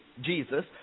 Jesus